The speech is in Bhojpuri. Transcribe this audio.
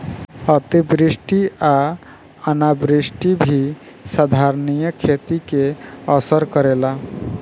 अतिवृष्टि आ अनावृष्टि भी संधारनीय खेती के असर करेला